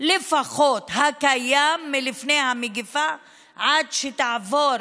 שהיה קיים לפני המגפה עד שתעבור